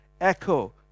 echo